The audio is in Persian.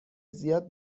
زیاد